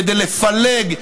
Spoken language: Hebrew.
כדי לפלג,